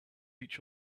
each